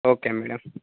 okay madam